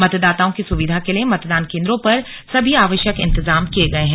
मतदाताओं की सुविधा के लिए मतदान केंद्रों पर सभी आवश्यक इंतजाम किए गए हैं